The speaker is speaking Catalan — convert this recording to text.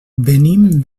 venim